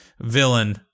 villain